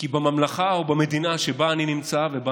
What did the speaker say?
כי בממלכה או במדינה שבה אני נמצא ובה